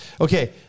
Okay